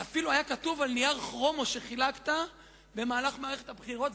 זה אפילו היה כתוב על נייר כרומו שחילקת במהלך מערכת הבחירות.